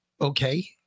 okay